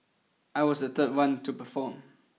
I was the third one to perform